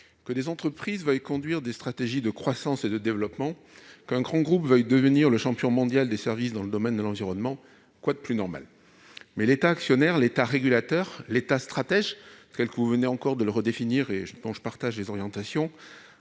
que des entreprises veuillent conduire des stratégies de croissance et de développement, ou qu'un grand groupe veuille devenir le champion mondial des services dans le domaine de l'environnement : quoi de plus normal ? Toutefois, l'État actionnaire, l'État régulateur, l'État stratège, tel que vous venez encore de le redéfinir selon des orientations